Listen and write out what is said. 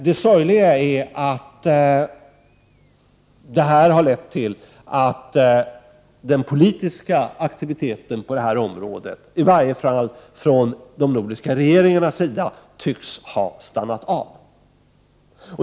Det sorgliga är emellertid att det har lett till att den politiska aktiviteten på detta område, i varje fall från de nordiska regeringarnas sida, tycks ha stannat av.